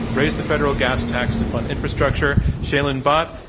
raise the federal gas tax to fund infrastructure, shailen bhatt,